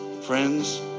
Friends